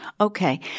Okay